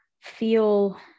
feel